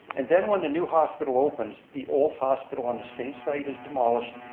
and then when the new hospital opens, the old hospital on the same side is demolished,